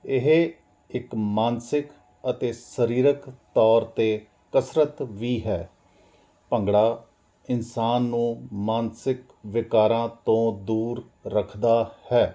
ਇਹ ਇੱਕ ਮਾਨਸਿਕ ਅਤੇ ਸਰੀਰਕ ਤੌਰ 'ਤੇ ਕਸਰਤ ਵੀ ਹੈ ਭੰਗੜਾ ਇਨਸਾਨ ਨੂੰ ਮਾਨਸਿਕ ਵਿਕਾਰਾਂ ਤੋਂ ਦੂਰ ਰੱਖਦਾ ਹੈ